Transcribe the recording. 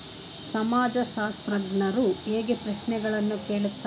ಸಮಾಜಶಾಸ್ತ್ರಜ್ಞರು ಹೇಗೆ ಪ್ರಶ್ನೆಗಳನ್ನು ಕೇಳುತ್ತಾರೆ?